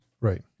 Right